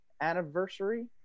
anniversary